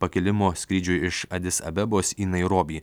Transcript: pakilimo skrydžiui iš adis abebos į nairobį